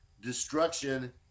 destruction